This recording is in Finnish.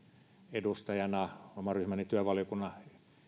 edustajana oman ryhmäni työvaliokunnan